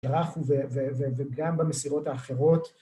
‫אנחנו וגם במסירות האחרות.